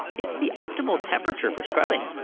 it's the optimal temperature for scrubbing